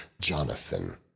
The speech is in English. Jonathan